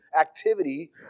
activity